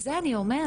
את זה אני אומרת,